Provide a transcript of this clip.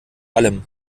allem